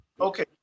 Okay